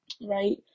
right